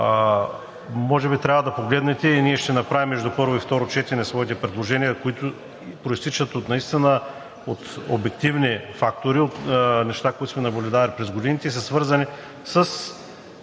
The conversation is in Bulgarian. Може би трябва да го погледнете. Ние ще направим между първо и второ четене своите предложения, които произтичат от наистина обективни фактори, от неща, които сме наблюдавали през годините, свързани с